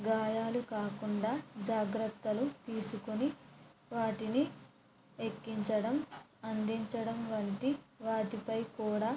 గాయాలు కాకుండా జాగ్రత్తలు తీసుకుని వాటిని ఎక్కించడం అందించడం వంటి వాటిపై కూడా రైతులు జాగ్రత్తలు తీసుకోవాలి రవాణాకు ముందు మరియు తరువాత పశువులకు మేత మరియు నీరు ఉండేలా చూసుకోవాలి